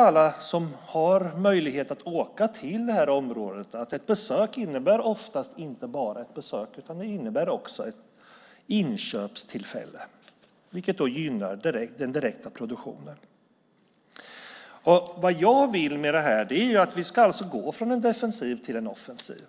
Alla vi som har möjlighet att åka till området vet att ett besök oftast inte innebär bara ett besök utan också ett inköpstillfälle. Det gynnar den direkta produktionen. Jag vill att vi ska gå från en defensiv till en offensiv